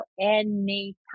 Anytime